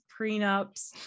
prenups